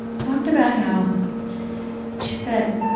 talked about how she said,